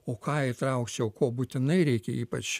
o ką įtraukčiau ko būtinai reikia ypač